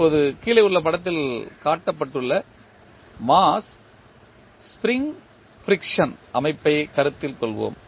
இப்போது கீழே உள்ள படத்தில் காட்டப்பட்டுள்ள மாஸ் ஸ்ப்ரிங் ஃபிரிக்சன் அமைப்பை கருத்தில் கொள்வோம்